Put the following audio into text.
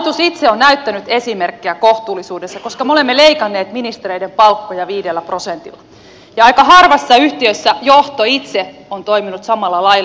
hallitus itse on näyttänyt esimerkkiä kohtuullisuudessa koska me olemme leikanneet ministereiden palkkoja viidellä prosentilla ja aika harvassa yhtiössä johto itse on toiminut samalla lailla